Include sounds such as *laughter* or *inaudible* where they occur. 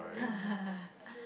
*laughs*